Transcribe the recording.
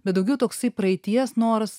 bet daugiau toksai praeities noras